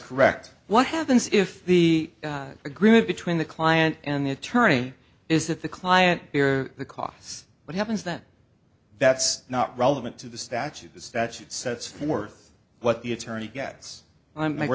correct what happens if the agreement between the client and the attorney is that the client bear the costs what happens then that's not relevant to the statute the statute sets forth what the attorney gets i mean we're